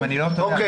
אם אני לא טועה,